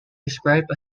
described